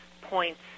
points